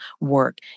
work